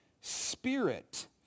spirit